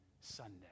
Sunday